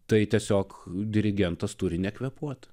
tai tiesiog dirigentas turi nekvėpuoti